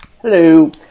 Hello